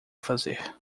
fazer